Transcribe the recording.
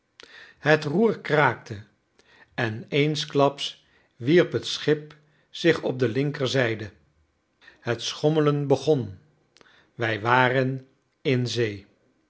het roer kraakte en eensklaps wierp het schip zich op de linkerzijde het schommelen begon wij waren in zee